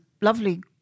lovely